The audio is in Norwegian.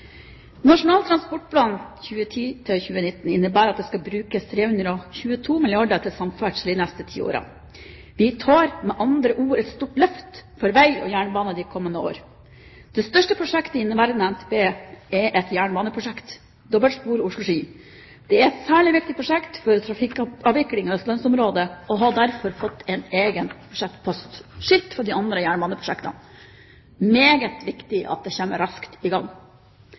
Nasjonal transportplan 2010–2019 innebærer at det skal brukes 322 milliarder kr til samferdsel de neste ti årene. Vi tar med andre ord et stort løft for veg og jernbane de kommende år. Det største prosjektet i inneværende NTP er et jernbaneprosjekt, dobbeltspor Oslo–Ski. Det er et særlig viktig prosjekt for trafikkavviklingen i østlandsområdet og har derfor fått egen budsjettpost – skilt fra de andre jernbaneprosjektene. Det er meget viktig at dette kommer raskt i gang.